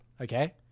Okay